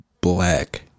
black